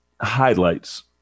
highlights